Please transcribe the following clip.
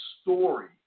story